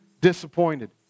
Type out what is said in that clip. disappointed